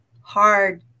hard